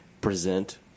present